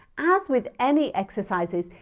as with any exercises,